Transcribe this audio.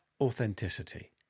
authenticity